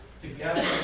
Together